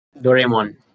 Doraemon